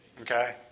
okay